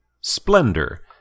Splendor